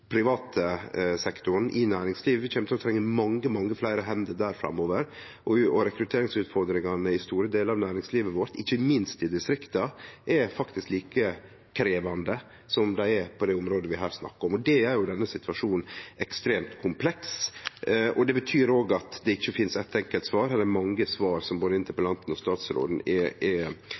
i næringslivet – vi kjem til å trenge mange, mange fleire hender der framover – og rekrutteringsutfordringane i store delar av næringslivet vårt, ikkje minst i distrikta, er faktisk like krevjande som dei er på det området vi her snakkar om. Det gjer denne situasjonen ekstremt kompleks, og det betyr òg at det ikkje finst eitt enkelt svar. Det er mange svar, som både interpellanten og statsråden er